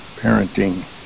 parenting